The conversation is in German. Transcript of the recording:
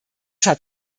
hat